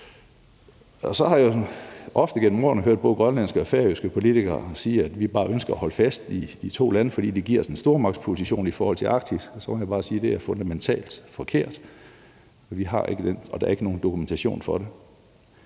Så har jeg ofte igennem årene hørt både grønlandske og færøske politikere sige, at vi bare ønsker at holde fast i de to lande, fordi det giver os en stormagtsposition i forhold til Arktis, og så må jeg bare sige, at det er fundamentalt forkert, og at der ikke er nogen dokumentation for det.